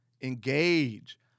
Engage